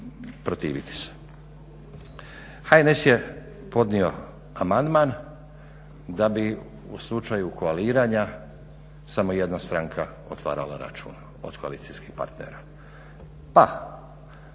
protiviti se. HNS je podnio amandman da bi u slučaju koaliranja samo jedna stranka otvarala račun od koalicijskih partnera, pa